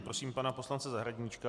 Prosím pana poslance Zahradníčka.